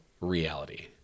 reality